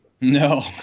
No